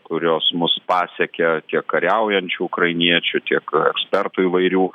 kurios mus pasiekė tiek kariaujančių ukrainiečių tiek ekspertų įvairių